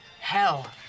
Hell